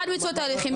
עד מיצוי התהליכים.